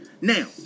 Now